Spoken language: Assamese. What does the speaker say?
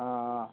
অঁ